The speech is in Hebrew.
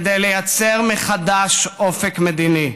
כדי לייצר מחדש אופק מדיני.